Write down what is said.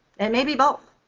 and maybe both.